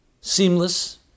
seamless